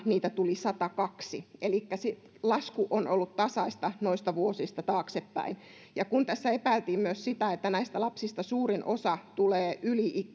heitä tuli satakaksi elikkä lasku on ollut tasaista noista vuosista ja kun tässä epäiltiin myös sitä että näistä lapsista suurin osa tulee